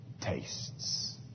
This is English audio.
tastes